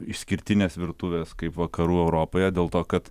išskirtinės virtuvės kaip vakarų europoje dėl to kad